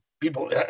people